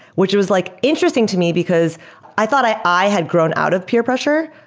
which was like interesting to me because i thought i i had grown out of peer pressure,